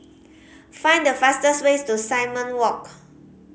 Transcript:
find the fastest way to Simon Walk